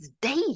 day